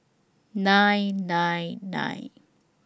nine nine nine